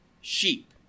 sheep